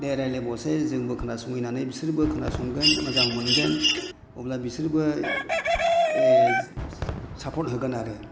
दे रायज्लायबावसाय जोंबो खोनासंनि होननानै बिसोरबो खोनासंगोन मोजां मोनगोन अब्ला बिसोरबो सापर्ट होगोन आरो